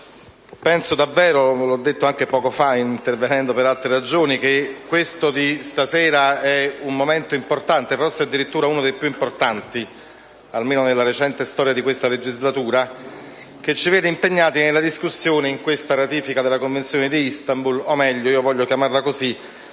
penso davvero - l'ho detto anche poco fa intervenendo per altre ragioni - che questo di stasera sia un momento importante, forse addirittura uno dei più importanti, almeno nella recente storia di questa legislatura, che ci vede impegnati nella discussione per la ratifica della Convenzione di Istanbul, o meglio - io voglio chiamarla così